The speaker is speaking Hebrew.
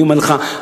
אני אומר לך,